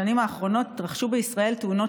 בשנים האחרונות התרחשו בישראל תאונות